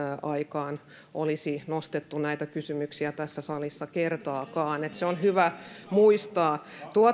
aikaan olisi nostettu näitä kysymyksiä tässä salissa kertaakaan se on hyvä muistaa